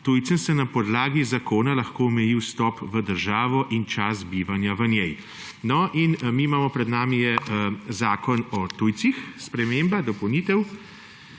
tujcem na podlagi zakona lahko omeji vstop v državo in čas bivanja v njej. Pred nami je Zakon o tujcih, sprememba, dopolnitev